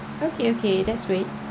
okay okay that's great